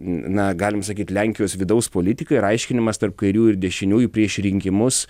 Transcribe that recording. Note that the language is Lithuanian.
na galim sakyti lenkijos vidaus politika ir aiškinimas tarp kairiųjų ir dešiniųjų prieš rinkimus